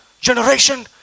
generation